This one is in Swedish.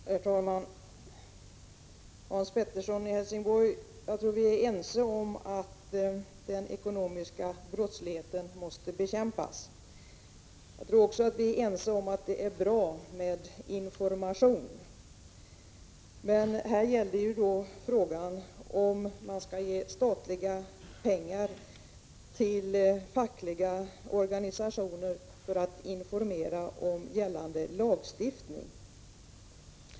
Herr talman! Vi är, Hans Pettersson i Helsingborg, ense om att ekonomisk brottslighet måste bekämpas. Vi är också ense om att det är bra med information. Men här gällde frågan om man skall ge statliga pengar till fackliga organisationer för att informera om gällande lagstiftning.